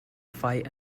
fight